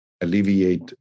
alleviate